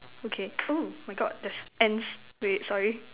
okay oh my God there's ants wait sorry